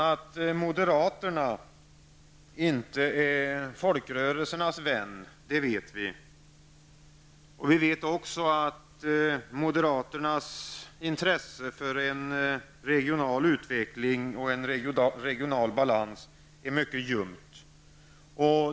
Att moderaterna inte är folkrörelsernas vänner, det vet vi. Vi vet också att moderaternas intresse för regional utveckling och regional balans är mycket ljumt.